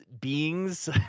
beings